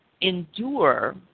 Endure